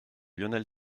lionel